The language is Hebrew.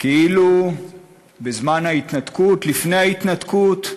כאילו בזמן ההתנתקות, לפני ההתנתקות,